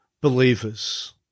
believers